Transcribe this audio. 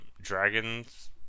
dragons